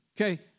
Okay